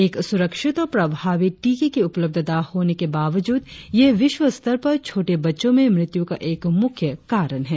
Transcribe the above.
एक सुरक्षित और प्रभावी टिके की उपलब्धता होने के बावजूद यह विश्वस्तर पर छोटे बच्चों में मृत्यु का एक मुख्य कारण है